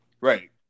Right